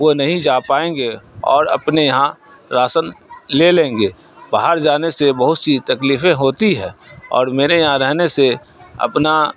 وہ نہیں جا پائیں گے اور اپنے یہاں راشن لے لیں گے باہر جانے سے بہت سی تکلیفیں ہوتی ہے اور میرے یہاں رہنے سے اپنا